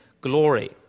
glory